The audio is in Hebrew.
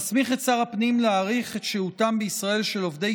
מסמיך את שר הפנים להאריך את שהותם בישראל של עובדי